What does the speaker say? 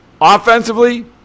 offensively